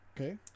Okay